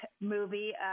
movie